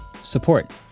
support